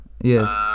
Yes